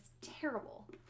terrible